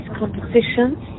compositions